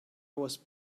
was